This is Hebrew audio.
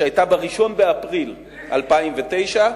שהיתה ב-1 באפריל 2009,